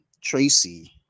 Tracy